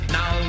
Now